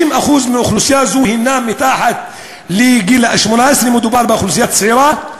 60% מאוכלוסייה זו הם מתחת לגיל 18. מדובר באוכלוסייה צעירה.